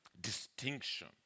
distinction